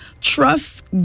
trust